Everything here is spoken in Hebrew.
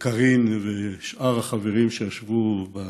וקארין ושאר החברים, חברי הכנסת, שישבו בוועדה.